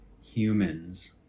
humans